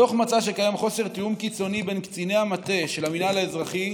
הדוח מצא שקיים חוסר תיאום קיצוני בין קציני המטה של המינהל האזרחי